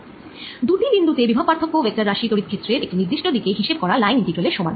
দুটি বিন্দু তে বিভব পার্থক্য ভেক্টর রাশি তড়িৎ ক্ষেত্রের একটি নির্দিষ্ট দিকে হিসেব করা লাইন ইন্টিগ্রাল এর সমান